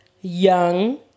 young